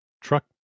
truck